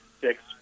six